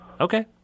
okay